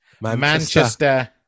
Manchester